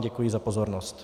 Děkuji vám za pozornost.